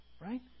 right